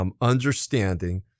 understanding